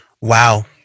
Wow